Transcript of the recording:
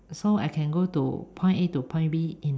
so I can go to point A to point B in